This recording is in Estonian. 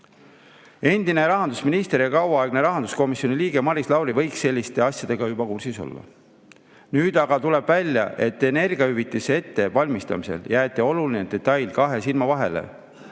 Endine rahandusminister ja kauaaegne rahanduskomisjoni liige Maris Lauri võiks selliste asjadega juba kursis olla. Nüüd aga tuleb välja, et energiahüvitise ettevalmistamisel jäeti oluline detail kahe silma vahele